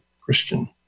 Christian